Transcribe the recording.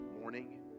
morning